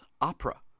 opera